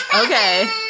Okay